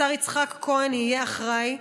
השר יצחק כהן יהיה אחראי,